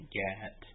get